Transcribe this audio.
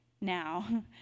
Now